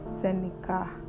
Seneca